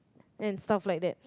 and stuff like that